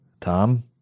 Tom